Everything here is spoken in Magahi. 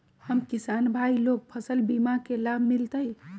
हम किसान भाई लोग फसल बीमा के लाभ मिलतई?